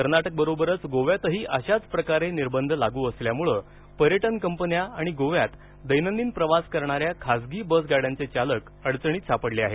कर्नाटकबरोबरच गोव्यातही अशाच प्रकारचे निर्बंध लागू असल्यानं पर्यटक कंपन्या आणि गोव्यात दैनंदिन प्रवास करणाऱ्या खासगी बसगाड्यांचे चालक चांगलेच अडचणीत सापडले आहेत